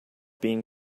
been